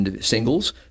singles